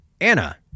Anna